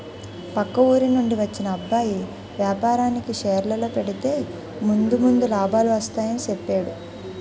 పక్క ఊరి నుండి వచ్చిన అబ్బాయి వేపారానికి షేర్లలో పెడితే ముందు ముందు లాభాలు వస్తాయని చెప్పేడు